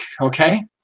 okay